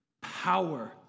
power